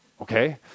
okay